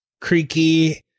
creaky